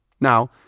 Now